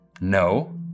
no